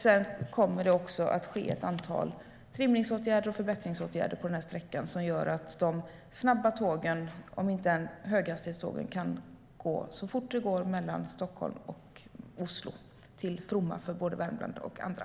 Det kommer också att ske ett antal trimningsåtgärder och förbättringsåtgärder på sträckan som gör att de snabba tågen, om inte än höghastighetstågen, kan gå så fort som det är möjligt mellan Stockholm och Oslo, till fromma för både Värmland och andra.